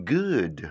good